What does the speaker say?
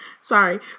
Sorry